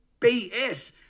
BS